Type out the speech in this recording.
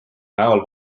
näol